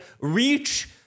reach